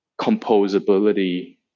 composability